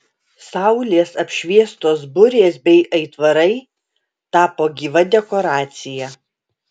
saulės apšviestos burės bei aitvarai tapo gyva dekoracija